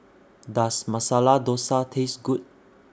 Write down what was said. Does Masala Dosa Taste Good